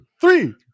three